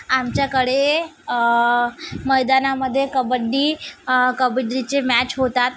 आमच्याकडे मैदानामध्ये कबड्डी कबड्डीचे मॅच होतात